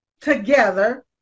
together